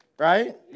Right